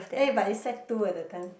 eh but is sec two at that time